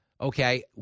okay